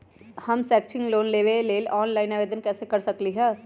हम शैक्षिक लोन लेबे लेल ऑनलाइन आवेदन कैसे कर सकली ह?